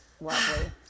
Lovely